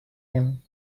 him